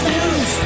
News